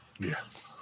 Yes